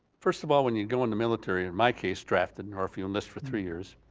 first of all, when you go in the military and my case drafted norfolk on this for three years,